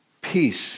peace